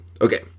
Okay